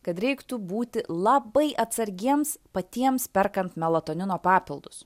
kad reiktų būti labai atsargiems patiems perkant melatonino papildus